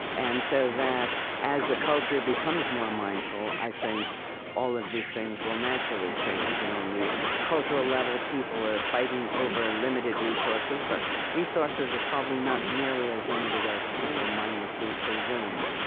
and so that as the culture becomes more mindful, i think all of these things will naturally change and on the cultural level, people are fighting over limited resources, but resources are probably not nearly as limited as people mindlessly presume.